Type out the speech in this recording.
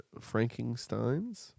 Frankensteins